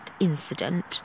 incident